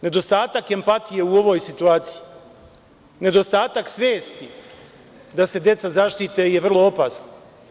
Nedostatak empatije u ovoj situaciji, nedostatak svesti da se deca zaštite je vrlo opasno.